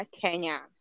Kenya